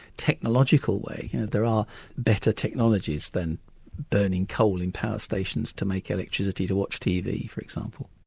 technological way. there are better technologies than burning coal in power stations to make electricity to watch tv, for example.